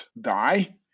die